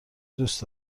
دوست